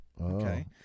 Okay